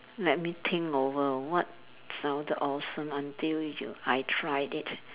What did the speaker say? let me think over what sounded awesome until you I tried it